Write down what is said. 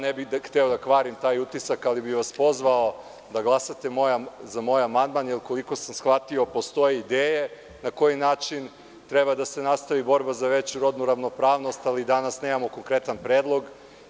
Ne bih hteo da kvarim taj utisak, ali bih vas pozvao da glasate za moj amandman, jer koliko sam shvatio postoje ideje na koji način treba da se nastavi borba za veću rodnu ravnopravnost, ali danas nemamo konkretan predlog.